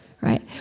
right